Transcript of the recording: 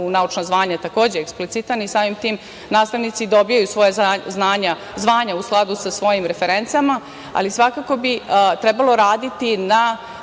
naučna zvanja takođe eksplicitan, i samim tim nastavnici dobijaju svoja zvanja u skladu sa svojim referencama, ali svakako bi trebalo raditi na,